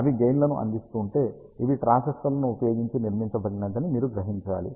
అవి గెయిన్ లను అందిస్తుంటే ఇవి ట్రాన్సిస్టర్లను ఉపయోగించి నిర్మించబడిందని మీరు గ్రహించాలి